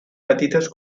petites